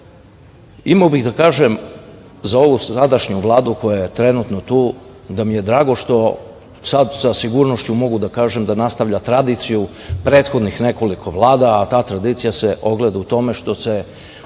bih da kažem za ovu sadašnju Vladu koja je trenutno tu da mi je drago što sad sa sigurnošću mogu da kažem da nastavljate tradiciju prethodnih nekoliko Vlada, a ta tradicija se ogleda u tome što se